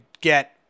get